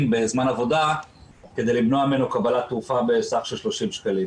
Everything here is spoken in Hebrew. בזמן עבודה כדי למנוע ממנו לקבל תרופה בסך 30 שקלים.